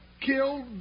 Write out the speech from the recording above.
killed